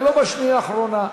ולא בשנייה האחרונה.